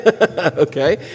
okay